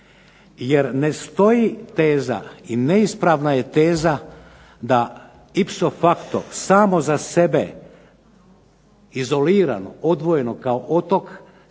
jer ne stoji teza i neispravna je teza da ipso factov samo za sebe izolirano, odvojeno kao otok